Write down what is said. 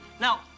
now